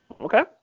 Okay